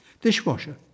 Dishwasher